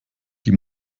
die